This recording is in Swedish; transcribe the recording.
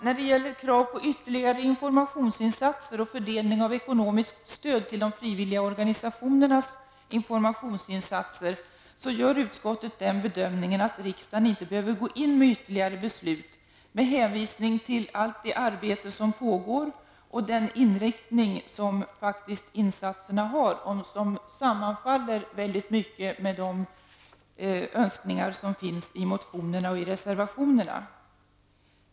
När det gäller krav på ytterligare informationsinsatser och fördelning av ekonomiskt stöd till de frivilliga organisationernas informationsinsatser, gör utskottet den bedömningen att riksdagen inte behöver gå in med ytterligare beslut med hänvisning till det arbete som pågår och den inriktning som insatserna har, en inriktning som sammanfaller med de önskemål som finns i motionerna och reservationerna.